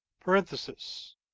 parenthesis